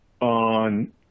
on